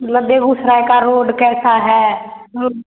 मतलब बेगूसराय की रोड कैसा है और